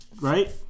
Right